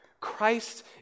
Christ